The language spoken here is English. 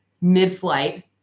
mid-flight